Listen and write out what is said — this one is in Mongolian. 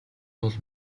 бол